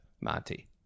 Monty